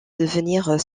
devenir